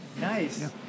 nice